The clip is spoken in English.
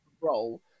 role